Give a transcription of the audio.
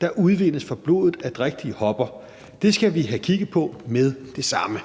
der udvindes af blodet fra drægtige hopper. Det skal vi have kigget på med det samme!